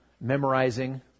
memorizing